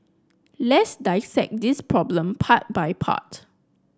let's dissect this problem part by part